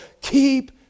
keep